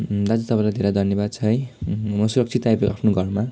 दाजु तपाईँलाई धेरै धन्यवाद छ है म सुरक्षित आइपुगेँ आफ्नो घरमा